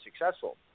successful